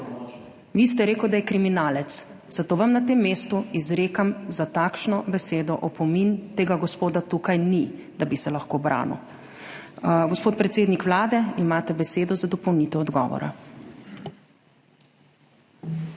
Vi ste rekli, da je kriminalec, zato vam na tem mestu izrekam za takšno besedo opomin. Tega gospoda tukaj ni, da bi se lahko branil. Gospod predsednik Vlade, imate besedo za dopolnitev odgovora.